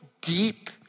deep